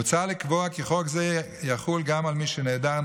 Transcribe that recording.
מוצע לקבוע כי חוק זה יחול גם על מי שנעדר,